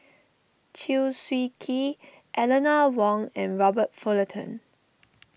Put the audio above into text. Chew Swee Kee Eleanor Wong and Robert Fullerton